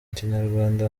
kinyarwanda